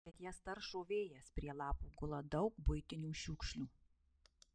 bet jas taršo vėjas prie lapų gula daug buitinių šiukšlių